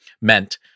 meant